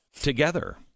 together